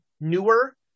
newer